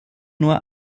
nur